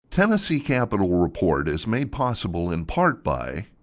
tennessee capitol report is made possible in part by.